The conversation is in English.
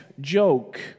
joke